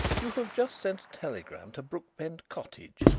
you have just sent a telegram to brookbend cottage,